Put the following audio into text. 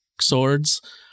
swords